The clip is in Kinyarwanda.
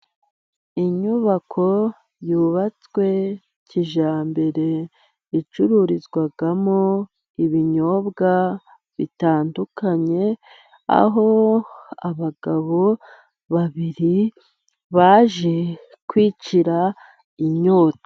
Inyubako yubatswe kijyambere, icururizwamo ibinyobwa bitandukanye, aho abagabo babiri baje kwicira inyota.